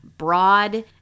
Broad